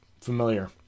Familiar